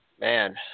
man